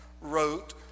wrote